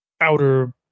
outer